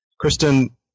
Kristen